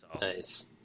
Nice